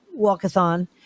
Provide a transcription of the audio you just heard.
walkathon